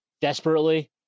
desperately